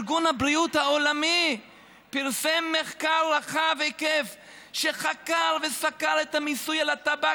ארגון הבריאות העולמי פרסם מחקר רחב היקף שחקר וסקר את המיסוי של הטבק